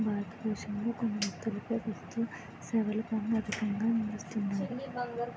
భారతదేశంలో కొన్ని వస్తువులపై వస్తుసేవల పన్ను అధికంగా విధిస్తున్నారు